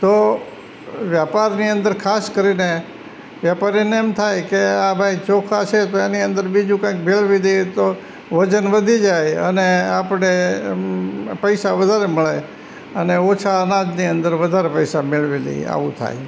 તો વ્યાપરની અંદર ખાસ કરીને વેપારીને એમ થાય કે આ ભાઈ ચોખા છે તો એની અંદર બીજું કાંઇક ભેળવી દઈએ તો વજન વધી જાય અને આપણે પૈસા વધારે મળે અને ઓછાં અનાજની અંદર વધારે પૈસા મેળવી લઈએ આવું થાય